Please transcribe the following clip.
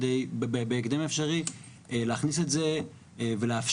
כדי בהקדם האפשרי להכניס את זה ולאפשר